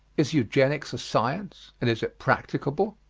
is eugenics a science? and is it practicable?